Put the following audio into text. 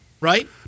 right